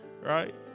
right